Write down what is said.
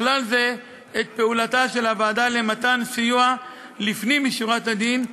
ובכלל זה את פעולתה של הוועדה למתן סיוע לפנים משורת הדין,